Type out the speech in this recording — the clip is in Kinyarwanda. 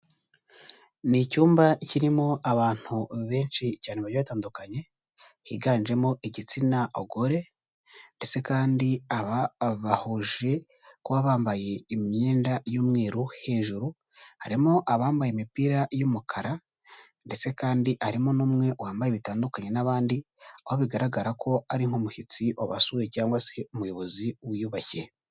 Ni icyumba kirimo abantu benshi cyane bagiye batandukanye higanjemo igitsina abagore, ndetse kandi aba bahuje kuba bambaye imyenda y'umweru hejuru, harimo abambaye imipira y'umukara ndetse kandi harimo n'umwe wambaye bitandukanye n'abandi, aho bigaragara ko ari nk'umushyitsi wabasuye cyangwa se umuyobozi wiyubashye.